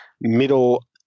middle